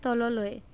তললৈ